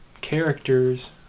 characters